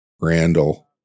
Randall